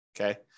okay